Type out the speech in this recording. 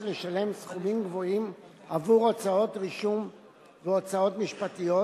לשלם סכומים גבוהים בעבור הוצאות רישום והוצאות משפטיות